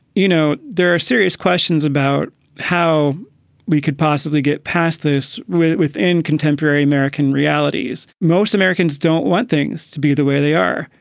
you know, there are serious questions about how we could possibly get past this within contemporary american realities. most americans don't want things to be the way they are,